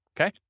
Okay